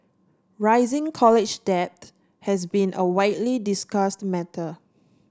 rising college debt has been a widely discussed matter